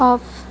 of